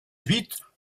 huit